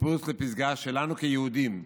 טיפוס לפסגה שלנו כיהודים,